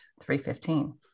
315